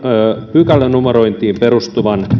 pykälänumerointiin perustuvan